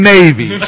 Navy